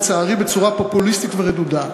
לצערי בצורה פופוליסטית ורדודה.